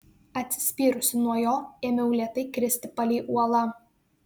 atsispyrusi nuo jo ėmiau lėtai kristi palei uolą